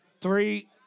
three